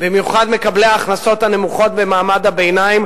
במיוחד בעלי ההכנסות הנמוכות במעמד הביניים